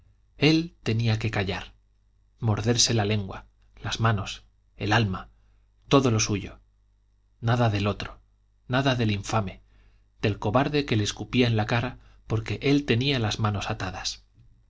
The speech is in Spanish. él tenía que callar morderse la lengua las manos el alma todo lo suyo nada del otro nada del infame del cobarde que le escupía en la cara porque él tenía las manos atadas